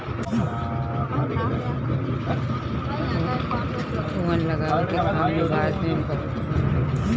वन लगावे के काम भी भारत में बहुते होला